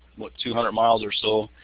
two hundred miles or so,